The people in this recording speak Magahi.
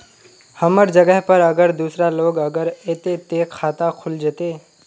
हमर जगह पर अगर दूसरा लोग अगर ऐते ते खाता खुल जते?